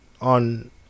on